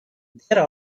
there